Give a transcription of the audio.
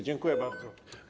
Dziękuję bardzo.